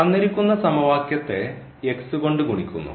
തന്നിരിക്കുന്ന സമവാക്യത്തെ കൊണ്ട് ഗുണിക്കുന്നു